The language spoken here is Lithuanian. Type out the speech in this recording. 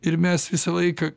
ir mes visą laiką